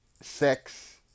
sex